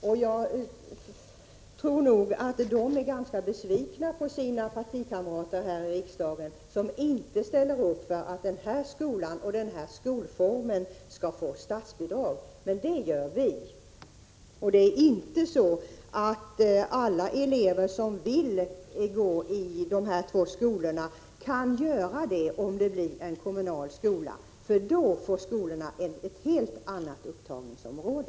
Jag tror att de är ganska besvikna på sina partikamrater här i riksdagen som inte ställer upp för att denna skola och denna skolform skall få statsbidrag. Men det ställer vi upp för. Alla elever som vill gå i de här två skolorna kan dock inte göra det om skolorna blir kommunala, eftersom dessa då får ett helt annat upptagningsområde.